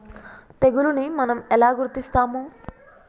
తెగులుని మనం ఎలా గుర్తిస్తాము?